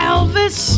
Elvis